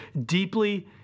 deeply